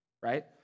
right